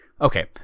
Okay